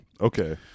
Okay